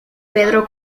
pedro